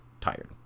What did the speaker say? tired